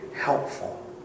helpful